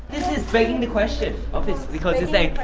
this is begging the question, of this. because it's saying,